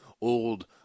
old